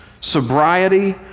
sobriety